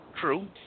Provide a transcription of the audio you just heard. True